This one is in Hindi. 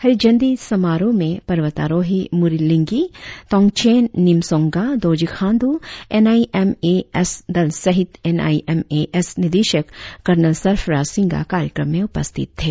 हरी झंडी समारोह में पर्वतारोही Muri Linggi Tongchen Nimsonga Dorji Khandu N I M A S दल सहित N I M A S निदेशक कर्नल सरफ्राज सिंगा कार्यक्रम में उपस्थित थे